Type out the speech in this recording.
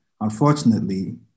unfortunately